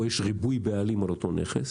או שיש ריבוי בעלים על אותו נכס,